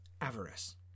avarice